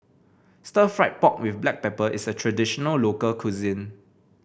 Stir Fried Pork with Black Pepper is a traditional local cuisine